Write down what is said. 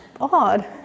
odd